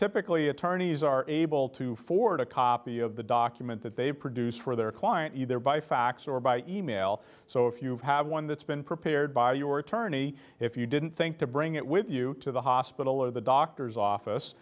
typically attorneys are able to forward a copy of the document that they've produced for their client either by fax or by e mail so if you have one that's been prepared by your attorney if you didn't think to bring it with you to the hospital or the doctor's office